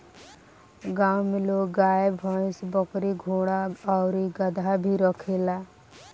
गांव में लोग गाय, भइस, बकरी, घोड़ा आउर गदहा भी रखेला